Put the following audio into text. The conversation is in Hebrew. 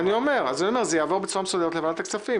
זה יעבור בצורה מסודרת לוועדת הכספים.